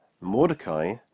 Mordecai